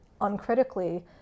uncritically